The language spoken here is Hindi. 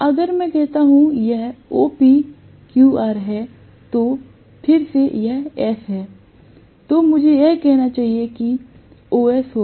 अगर मैं कहता हूं कि यह OPQR है और फिर यह S है तो मुझे कहना चाहिए कि OS होगा